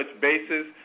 bases